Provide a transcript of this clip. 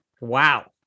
Wow